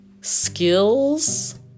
skills